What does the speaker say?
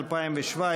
נתקבלה.